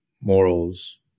morals